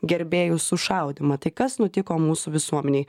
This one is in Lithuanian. gerbėjų sušaudymą tai kas nutiko mūsų visuomenei